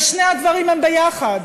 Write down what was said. ושני הדברים הם ביחד,